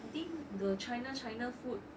I think the china china food